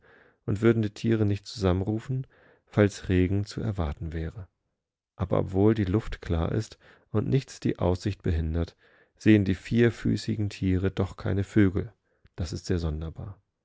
und würden die tiere nicht zusammenrufen fallsregenzuerwartenwäre aberobwohldieluftklarist und nichts die aussicht behindert sehen die vierfüßigen tiere doch keine vögel das ist sehr sonderbar